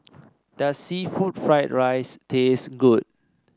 does seafood Fried Rice taste good